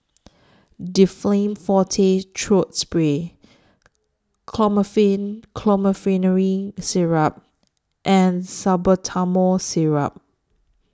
Difflam Forte Throat Spray Chlorpheniramine Syrup and Salbutamol Syrup